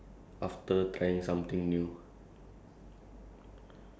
tell about the best experience